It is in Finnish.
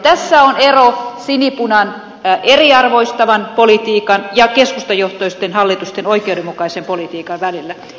tässä on ero sinipunan eriarvoistavan politiikan ja keskustajohtoisten hallitusten oikeudenmukaisen politiikan välillä